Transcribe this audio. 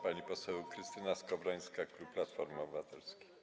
Pani poseł Krystyna Skowrońska, klub Platformy Obywatelskiej.